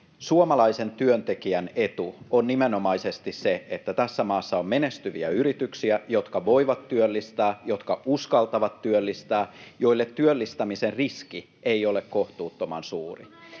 Suomalaisen työntekijän etu on nimenomaisesti se, että tässä maassa on menestyviä yrityksiä, jotka voivat työllistää, jotka uskaltavat työllistää, joille työllistämisen riski ei ole kohtuuttoman suuri,